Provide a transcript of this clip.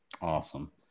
Awesome